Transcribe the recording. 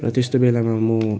र त्यस्तो बेलामा म